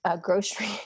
grocery